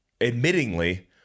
admittingly